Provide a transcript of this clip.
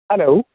hello